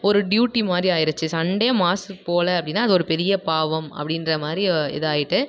ஒரு டியூட்டி மாதிரி ஆயிடுச்சு சண்டே மாஸுக்கு போகல அப்படின்னா அது ஒரு பெரிய பாவம் அப்படின்ற மாதிரி இதாகிட்டு